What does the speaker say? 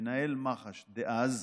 מנהל מח"ש דאז,